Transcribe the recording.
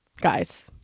guys